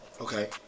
okay